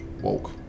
woke